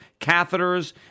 catheters